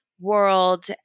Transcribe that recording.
world